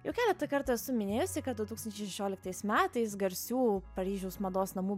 jau keletą kartų esu minėjusi kad du tūkstančiai šešioliktais metais garsių paryžiaus mados namų